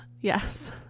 Yes